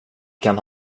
kan